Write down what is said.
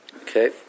Okay